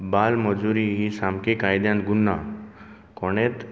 बाल मजुरी ही सामकी कायद्यान गुन्यांव कोणेंच